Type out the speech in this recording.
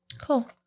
Cool